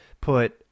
put